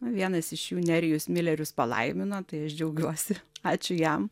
vienas iš jų nerijus milerius palaimino tai aš džiaugiuosi ačiū jam